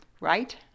right